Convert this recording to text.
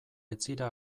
etzira